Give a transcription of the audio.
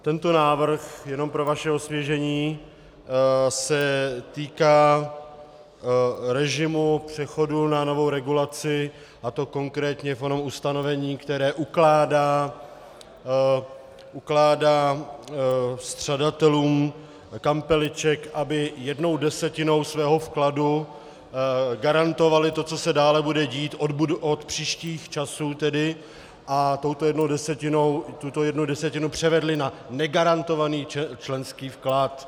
Tento návrh, jenom pro vaše osvěžení, se týká režimu přechodu na novou regulaci, a to konkrétně v onom ustanovení, které ukládá střadatelům kampeliček, aby jednou desetinou svého vkladu garantovali, co se dále bude dít od příštích časů, a touto jednou desetinou tuto jednu desetinu převedli na negarantovaný členský vklad.